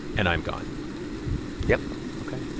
and i'm gone yep ok.